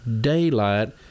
daylight